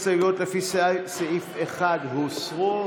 הסתייגות 191 לא עברה.